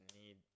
need